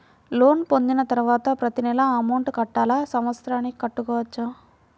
Loan పొందిన తరువాత ప్రతి నెల అమౌంట్ కట్టాలా? సంవత్సరానికి కట్టుకోవచ్చా?